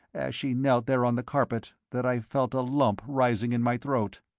as she knelt there on the carpet, that i felt a lump rising in my throat.